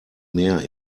mehr